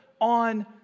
on